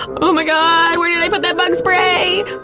oh my god, where did i put that bug spray?